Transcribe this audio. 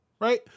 right